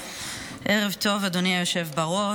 ערב טוב, אדוני היושב בראש.